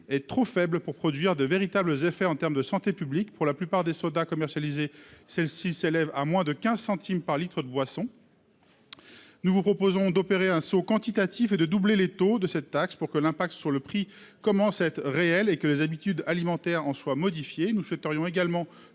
est trop faible pour produire de véritables effets en termes de santé publique. Pour la plupart des sodas commercialisés, le montant de la taxe s'élève à moins de 15 centimes par litre de boisson. Nous vous proposons un saut quantitatif qui doublerait le taux de la taxe pour que les prix s'en ressentent et que les habitudes alimentaires en soient modifiées. Nous souhaitons également